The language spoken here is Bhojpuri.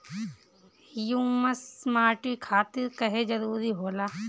ह्यूमस माटी खातिर काहे जरूरी होला?